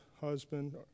husband